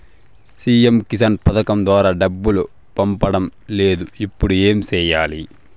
CM Kisan పథకం ద్వారా డబ్బు పడడం లేదు ఇప్పుడు ఏమి సేయాలి